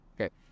Okay